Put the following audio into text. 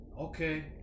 Okay